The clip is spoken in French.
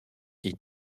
est